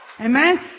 Amen